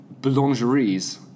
boulangeries